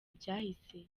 byahise